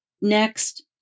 Next